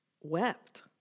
wept